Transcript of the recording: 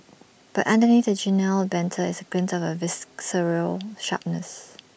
but underneath the genial banter is A glint of A visceral sharpness